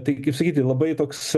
tai kaip sakyti labai toks